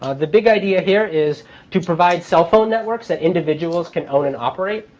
ah the big idea here is to provide cell phone networks that individuals can own and operate,